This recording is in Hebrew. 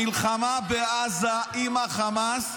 המלחמה בעזה עם החמאס,